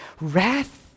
Wrath